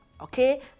okay